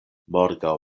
morgaŭ